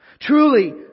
Truly